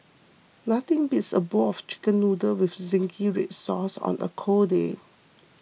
nothing beats a bowl of Chicken Noodles with Zingy Red Sauce on a cold day